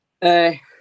Hey